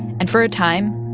and for a time,